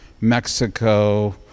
Mexico